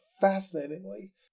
fascinatingly